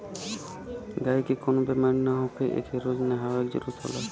गायी के कवनो बेमारी ना होखे एके रोज नहवावे जरुरत होला